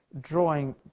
drawing